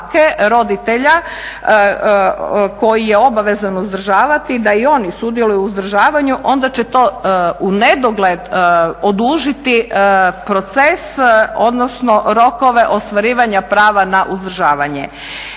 roditelja koji je obavezan uzdržavati, da i oni sudjeluju u uzdržavanju onda će to u nedogled odužiti proces, odnosno rokove ostvarivanja prava na uzdržavanje